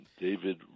David